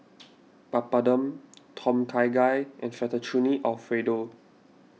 Papadum Tom Kha Gai and Fettuccine Alfredo